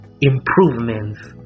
improvements